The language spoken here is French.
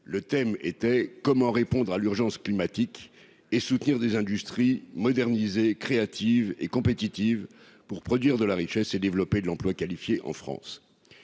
le thème était : comment répondre à l'urgence climatique et soutenir les industries moderniser créative et compétitive pour produire de la richesse et développer de l'emploi qualifié en France